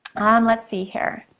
let's see here.